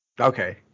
Okay